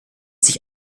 sich